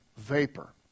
vapor